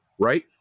right